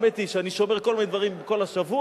האמת היא שאני שומר כל מיני דברים כל השבוע,